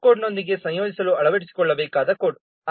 ಹೊಸ ಕೋಡ್ನೊಂದಿಗೆ ಸಂಯೋಜಿಸಲು ಅಳವಡಿಸಿಕೊಳ್ಳಬೇಕಾದ ಕೋಡ್